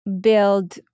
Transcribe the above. build